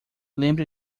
lembre